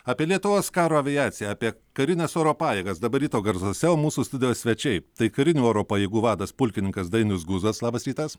apie lietuvos karo aviaciją apie karines oro pajėgas dabar ryto garsuose jau mūsų studijos svečiai tai karinių oro pajėgų vadas pulkininkas dainius guzas labas rytas